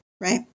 right